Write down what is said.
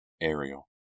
Ariel